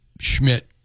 Schmidt